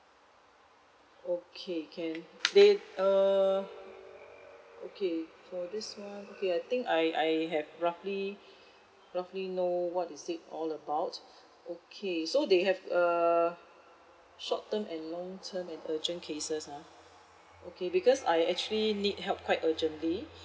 okay can they err okay for this one okay I think I I have roughly roughly know what is it all about okay so they have err short term and long term and urgent cases ah okay because I actually need help quite urgently